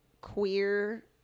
queer